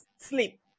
sleep